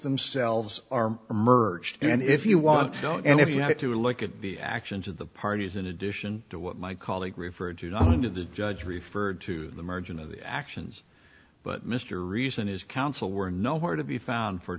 themselves are emerged and if you want to go and if you have to look at the actions of the parties in addition to what my colleague referred to knowing to the judge referred to the margin of the actions but mr rhys and his counsel were nowhere to be found for